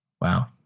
Wow